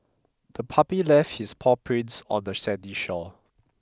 the puppy left its paw prints on the sandy shore